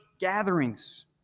gatherings